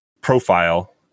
profile